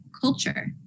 culture